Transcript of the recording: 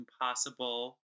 Impossible